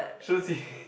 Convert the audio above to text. shu qi